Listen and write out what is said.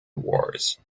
wars